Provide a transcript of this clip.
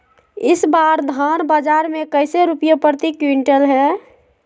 इस बार धान बाजार मे कैसे रुपए प्रति क्विंटल है?